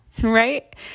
right